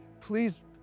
please